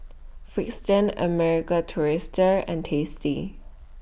Frixion American Tourister and tasty